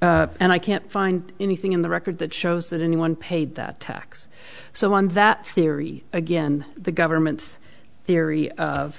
i can't find anything in the record that shows that anyone paid that tax so on that theory again the government's theory of